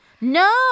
No